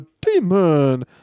demon